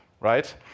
right